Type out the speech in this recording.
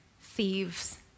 thieves